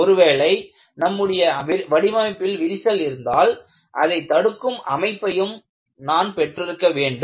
ஒருவேளை நம்முடைய வடிவமைப்பில் விரிசல் இருந்தால் அதை தடுக்கும் அமைப்பையும் நான் பெற்றிருக்க வேண்டும்